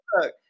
Look